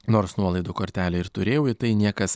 nors nuolaidų kortelę ir turėjau į tai niekas